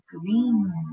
green